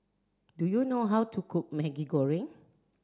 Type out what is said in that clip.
do you know how to cook Maggi Goreng